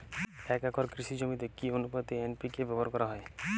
এক একর কৃষি জমিতে কি আনুপাতে এন.পি.কে ব্যবহার করা হয়?